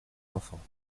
enfants